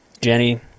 Jenny